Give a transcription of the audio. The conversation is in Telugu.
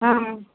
ఆ